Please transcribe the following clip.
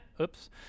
Oops